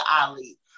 Ali